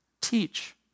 teach